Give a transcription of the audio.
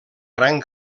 gran